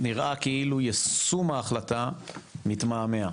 נראה כאילו יישום ההחלטה מתמהמה,